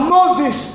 Moses